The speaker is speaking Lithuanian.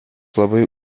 labai